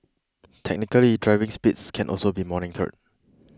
technically driving speeds can also be monitored